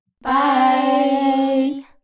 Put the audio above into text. bye